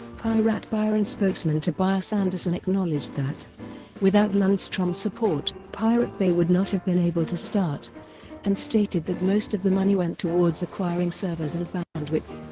piratbyran spokesman tobias andersson acknowledged that without lundstrom's support, pirate bay would not have been able to start and stated that most of the money went towards acquiring servers and bandwidth.